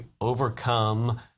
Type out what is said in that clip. overcome